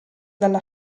dalla